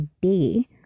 day